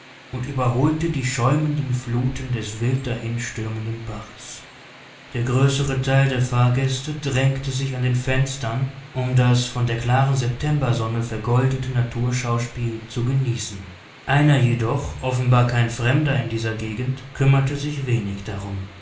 und überholte die schäumenden fluten des wild dahinstürmenden baches der größere teil der fahrgäste drängte sich an den fenstern um das von der klaren septembersonne vergoldete naturschauspiel zu genießen einer jedoch offenbar kein fremder in dieser gegend kümmerte sich wenig darum